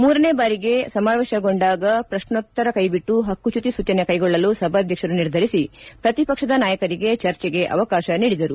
ಮೂರನೇ ಬಾರಿಗೆ ಸಮಾವೇಶಗೊಂಡಾಗ ಪ್ರಶ್ನೋತ್ತರ ಕೈಬಿಟ್ಟು ಪಕ್ಷ ಚ್ಲುತಿ ಸೂಚನೆ ಕೈಗೊಳ್ಳಲು ಸಭಾಧ್ಯಕ್ಷರು ನಿರ್ಧರಿಸಿ ಪ್ರತಿಪಕ್ಷದ ನಾಯಕರಿಗೆ ಚರ್ಚೆಗೆ ಅವಕಾಶ ನೀಡಿದರು